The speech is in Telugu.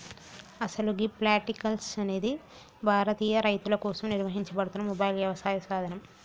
అసలు గీ ప్లాంటిక్స్ అనేది భారతీయ రైతుల కోసం నిర్వహించబడుతున్న మొబైల్ యవసాయ సాధనం